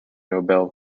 nobel